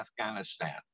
Afghanistan